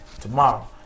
tomorrow